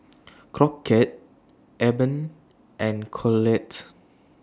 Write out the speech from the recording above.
Crockett Eben and Colette